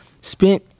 spent